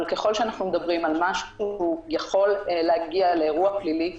אבל ככל שאנחנו מדברים על מה שיכול להגיע לאירוע פלילי,